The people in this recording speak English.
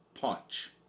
punch